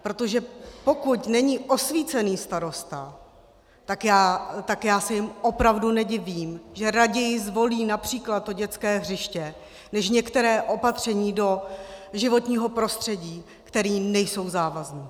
Protože pokud není osvícený starosta, tak já se jim opravdu nedivím, že raději zvolí například to dětské hřiště než některá opatření do životního prostředí, která nejsou závazná.